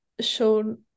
shown